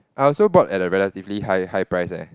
I also bought at a relatively high high price eh